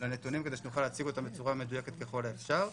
לנתונים כדי שנוכל להציג אותם בצורה מדויקת ככל האפשר.